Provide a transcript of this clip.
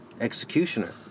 executioner